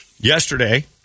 Yesterday